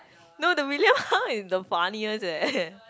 no the William-Hung is the funniest eh